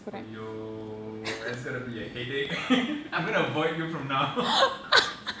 !aiyo! that's gonna be a headache I'm gonna avoid you from now